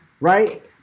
right